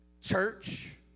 church